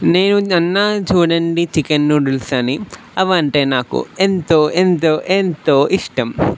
నేను అన్నా చూడండి చికెన్ నూడుల్స్ అని అవంటే నాకు ఎంతో ఎంతో ఎంతో ఇష్టం